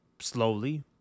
slowly